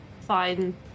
fine